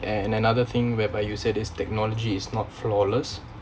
and another thing whereby you said that is technology is not flawless